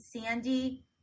Sandy